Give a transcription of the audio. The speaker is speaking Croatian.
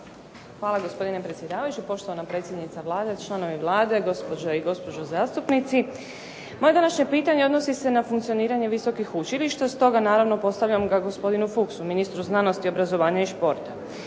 Hvala gospodine predsjedavajući, poštovana predsjednica Vlade, članovi Vlade, gospođe i gospodo zastupnici. Moje današnje pitanje odnosi se na funkcioniranje visokih učilišta stoga naravno postavljam ga gospodinu Fuchsu ministru znanosti, obrazovanja i športa.